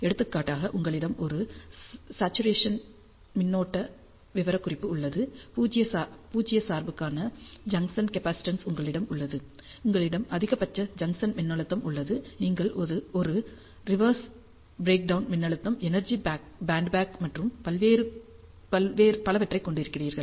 எடுத்துக்காட்டாக உங்களிடம் ஒரு சாட்சுரேசன் மின்னோட்ட விவரக்குறிப்பு உள்ளது பூஜ்ஜிய சார்புக்கான ஜங்சன் கேப்பாசிடென்ஸ் உங்களிடம் உள்ளது உங்களிடம் அதிகபட்ச ஜங்சன் மின்னழுத்தம் உள்ளது நீங்கள் ஒரு ரிவெர்ஸ் ப்ரேக்டவுன் மின்னழுத்தம் எனர்ஜி பேண்ட்கேப் மற்றும் பலவற்றைக் கொண்டிருக்கிறீர்கள்